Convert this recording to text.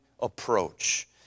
approach